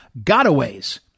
gotaways